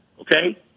Okay